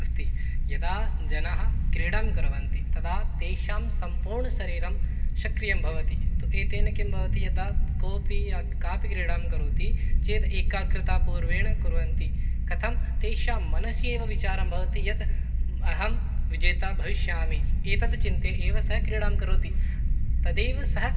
अस्ति यदा जनाः क्रीडां कुर्वन्ति तदा तेषां सम्पूर्णशरीरं सक्रियं भवति एतेन किं भवति यदा कोऽपि काऽपि क्रीडां करोति चेत् एकाग्रतापूर्वेण कुर्वन्ति कथं तेषां मनसि एव विचारं भवति यत् अहं विजेता भविष्यामि एतद् चिन्त्य एव सः क्रीडां करोति तदैव सः